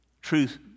Truth